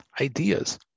ideas